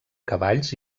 cavalls